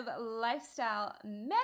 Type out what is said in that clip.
lifestyle